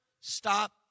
stop